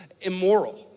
immoral